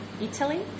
Italy